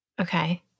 Okay